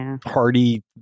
party